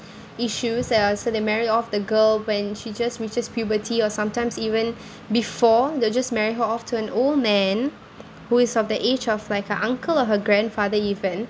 issues ya so they marry off the girl when she just reaches puberty or sometimes even before they'll just marry her off to an old man who is of the age of like her uncle or her grandfather even